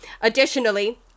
Additionally